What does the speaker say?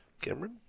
Cameron